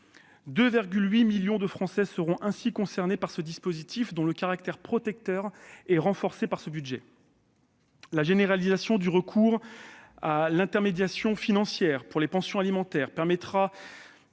2,8 millions de Français seront concernés par ce dispositif, dont le caractère protecteur est renforcé par ce budget. La généralisation du recours à l'intermédiation financière des pensions alimentaires compensera